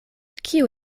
kiu